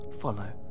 follow